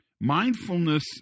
Mindfulness